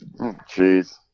Jeez